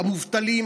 המובטלים,